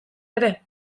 ere